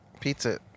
Pizza